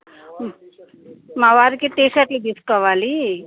మా వారికి టీషర్ట్లు తీసుకోవాలి